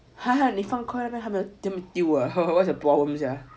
你放 Koi 他们还没叫你丢啊 what's your problem sia